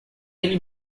ele